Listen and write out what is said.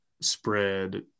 spread